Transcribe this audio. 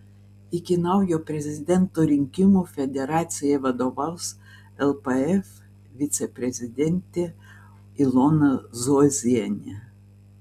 iki naujo prezidento rinkimų federacijai vadovaus lpf viceprezidentė ilona zuozienė